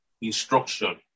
instruction